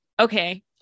okay